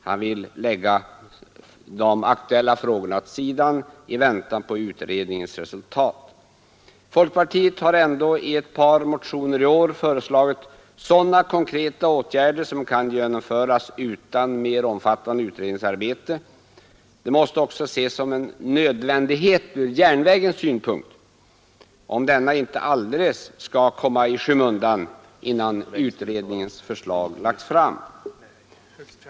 Han vill lägga de aktuella frågorna åt sidan i väntan på utredningens resultat. Folkpartiet har ändå i ett par motioner i år föreslagit sådana konkreta åtgärder som kan genomföras utan mer omfattande utredningsarbete. Det måste också ses som en nödvändighet från järnvägens synpunkt, om denna inte alldeles skall komma i skymundan innan utredningens förslag lagts fram.